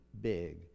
big